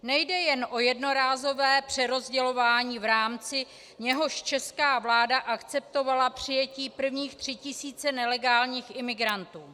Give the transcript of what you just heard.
Nejde jen o jednorázové přerozdělování, v rámci něhož česká vláda akceptovala přijetí prvních tří tisíc nelegálních imigrantů.